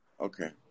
Okay